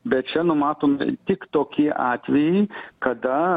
bet čia numatomi tik tokie atvejai kada